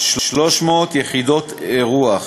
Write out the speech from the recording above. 300 יחידות אירוח,